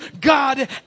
God